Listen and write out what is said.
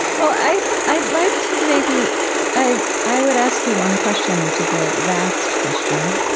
well, i'd i'd like to maybe i i would ask you one question, which is a vast question.